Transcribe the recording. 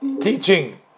teaching